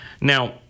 Now